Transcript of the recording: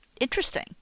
interesting